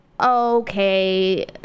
Okay